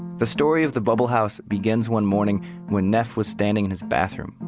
the story of the bubble house begins one morning when neff was standing in his bathroom,